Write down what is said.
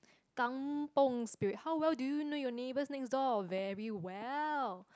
kampung Spirit how well do you know your neighbours next door very well